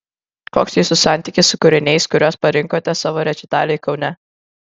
koks jūsų santykis su kūriniais kuriuos parinkote savo rečitaliui kaune